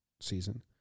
season